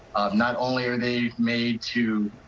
not only are they made to